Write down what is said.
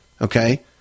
okay